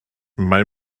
mae